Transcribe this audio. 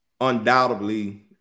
undoubtedly